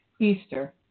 Easter